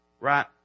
right